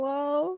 Wow